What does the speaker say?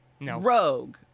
Rogue